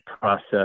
process